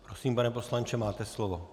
Prosím, pane poslanče, máte slovo.